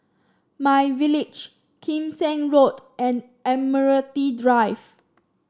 MyVillage Kim Seng Road and Admiralty Drive